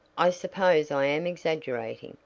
i suppose i am exaggerating,